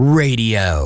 radio